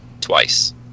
Twice